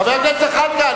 חבר הכנסת זחאלקה,